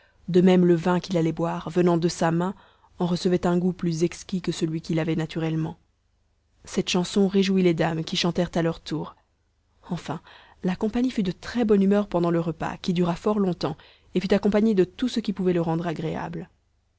de même le vin qu'il allait boire venant de sa main en recevait un goût plus exquis que celui qu'il avait naturellement cette chanson réjouit les dames qui chantèrent à leur tour enfin la compagnie fut de très-bonne humeur pendant le repas qui dura fort longtemps et fut accompagné de tout ce qui pouvait le rendre agréable